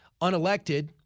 unelected